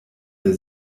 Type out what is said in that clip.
der